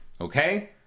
Okay